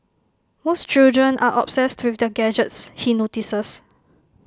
most children are obsessed with their gadgets he notices